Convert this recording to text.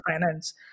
finance